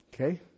Okay